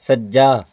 ਸੱਜਾ